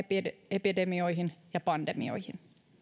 epidemioihin ja pandemioihin